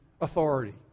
authority